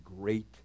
great